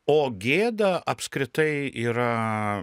o gėda apskritai yra